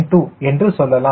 2 என்று சொல்லலாம்